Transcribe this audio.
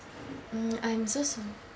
mm I'm so sorry